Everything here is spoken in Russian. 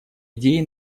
идеи